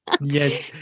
yes